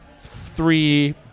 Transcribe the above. three